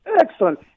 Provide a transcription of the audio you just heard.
Excellent